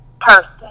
person